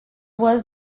was